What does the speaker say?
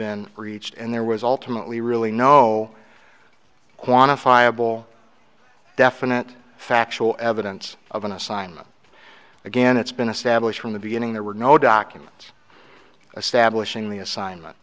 been reached and there was alternately really no quantifiable definite factual evidence of an assignment again it's been established from the beginning there were no documents a stablish in the assignment